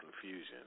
Confusion